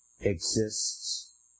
exists